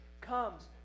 comes